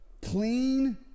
Clean